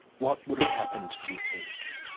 what would have happened, do you think?